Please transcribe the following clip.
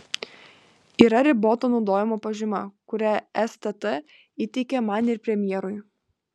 yra riboto naudojimo pažyma kurią stt įteikė man ir premjerui